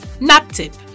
NAPTIP